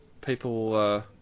people